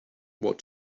what